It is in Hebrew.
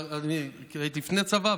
הייתי לפני צבא,